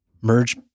merge